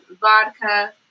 vodka